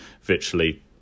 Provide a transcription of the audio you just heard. virtually